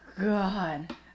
God